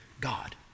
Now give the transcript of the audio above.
God